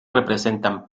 representan